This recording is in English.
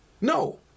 No